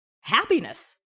happiness